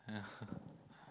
yeah